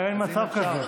אין מצב כזה.